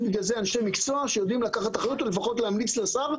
בשביל זה יש אנשי מקצוע שיודעים לקחת אחריות או לפחות להמליץ לשר,